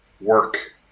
work